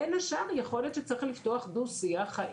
בין השאר יכול להיות שצריך לפתוח דו שיח לגבי